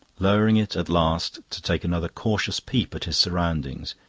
lowering it at last to take another cautious peep at his surroundings,